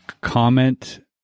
Comment